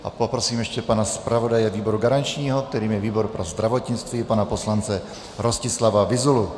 A poprosím ještě pana zpravodaje výboru garančního, kterým je výbor pro zdravotnictví, pana poslance Rostislava Vyzulu.